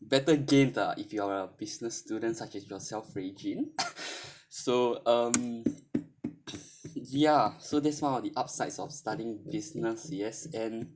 better gained ah if you are a business student such as yourself regine so um ya so that's one of the upsides of studying business yes and